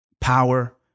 power